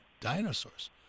dinosaurs